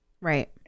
Right